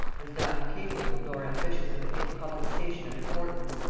and neither capable nor ambitious of any public station of importance.